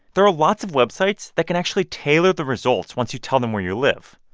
there are lots of websites that can actually tailor the results once you tell them where you live.